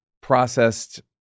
processed